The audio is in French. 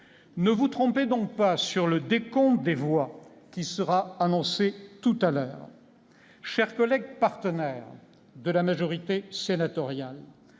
Ne vous trompez donc pas sur le décompte des voix qui sera annoncé tout à l'heure. Chers collègues partenaires de la majorité sénatoriale,